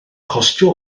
costio